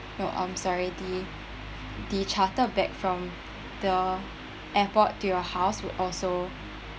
no um sorry the the charter back from the airport to your house would also